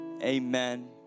amen